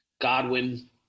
Godwin